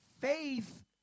faith